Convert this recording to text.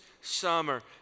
summer